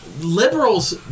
Liberals